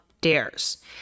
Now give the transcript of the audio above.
dares